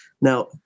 now